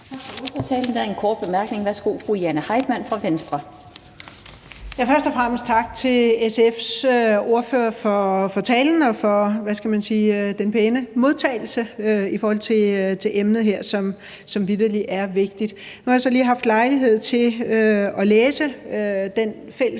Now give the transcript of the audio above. Tak for det.